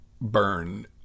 burn